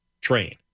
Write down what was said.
train